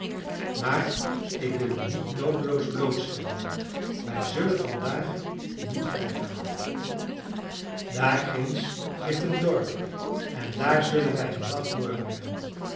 maar ik wil u niet noodeloos blootstellen wij zullen vandaag niet verder gaan daar ginds ligt een dorp en daar zullen wij den nacht doorbrengen